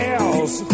else